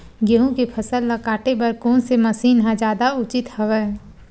गेहूं के फसल ल काटे बर कोन से मशीन ह जादा उचित हवय?